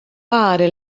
pare